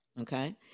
okay